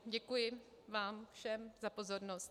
Děkuji vám všem za pozornost.